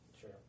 Sure